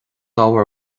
ábhar